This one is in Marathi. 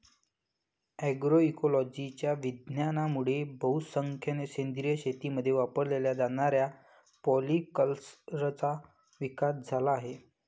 अग्रोइकोलॉजीच्या विज्ञानामुळे बहुसंख्येने सेंद्रिय शेतीमध्ये वापरल्या जाणाऱ्या पॉलीकल्चरचा विकास झाला आहे